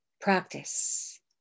practice